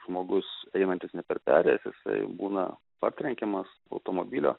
žmogus einantis ne per perėjas jisai būna partrenkiamas automobilio